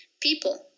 people